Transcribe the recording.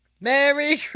Merry